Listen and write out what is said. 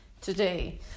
today